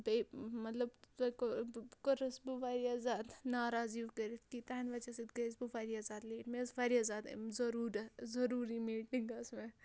بیٚیہِ مطلب تۄہہِ کٔروَس بہٕ واریاہ زیادٕ ناراض یہِ کٔرِتھ کہِ تٕہٕنٛدۍ وجہ سۭتۍ گٔیَس بہٕ واریاہ زیادٕ لیٹ مےٚ ٲس واریاہ زیادٕ ضٔروٗری میٖٹِنٛگ ٲس مےٚ